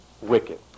wicked